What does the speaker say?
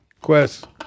Quest